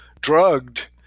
drugged